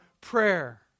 prayer